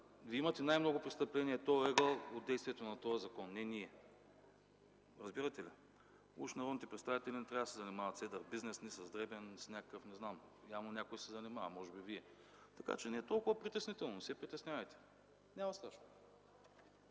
Вие имате най-много престъпления и това идва от действието на този закон, не ние. Разбирате ли? Уж народните представители не трябва да се занимават с едър бизнес, ни с дребен, ни с някакъв – не знам, явно някой се занимава, може би Вие, така че не е толкова притеснително. Не се притеснявайте! Няма страшно!